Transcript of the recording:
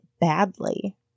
badly